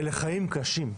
אלו חיים קשים,